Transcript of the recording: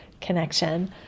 connection